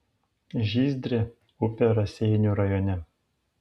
žyzdrė upė raseinių rajone